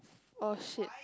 !oh shit!